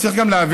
צריך גם להבין,